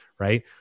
right